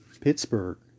Pittsburgh